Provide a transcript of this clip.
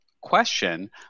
question